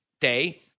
day